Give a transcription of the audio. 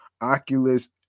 Oculus